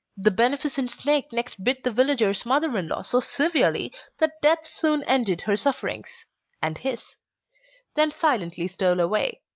the beneficent snake next bit the villager's mother-in-law so severely that death soon ended her sufferings and his then silently stole away,